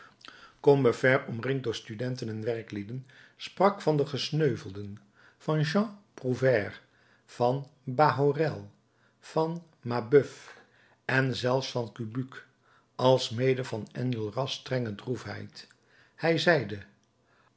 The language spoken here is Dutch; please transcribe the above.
combeferre omringd door studenten en werklieden sprak van de gesneuvelden van jean prouvaire van bahorel van mabeuf en zelfs van cabuc alsmede van enjolras strenge droefheid hij zeide